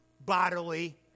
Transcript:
bodily